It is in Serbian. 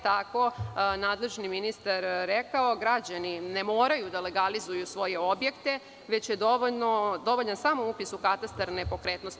Tako je nadležni ministar rekao – građani ne moraju da legalizuju svoje objekte, već je dovoljan samo upis u katastar nepokretnosti.